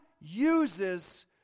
uses